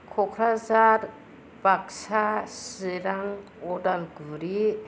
Kokrajhar Baksa Chirang Udalguri